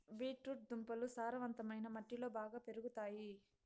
beet root దుంపలు సారవంతమైన మట్టిలో బాగా పెరుగుతాయి